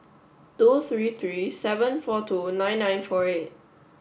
two three three seven four two nine nine four eight